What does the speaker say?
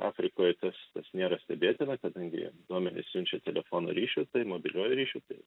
afrikoje tas tas nėra stebėtina kadangi duomenis siunčia telefono ryšiu tai mobiliuoju ryšiu tai